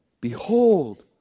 Behold